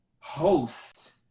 host